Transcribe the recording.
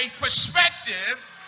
perspective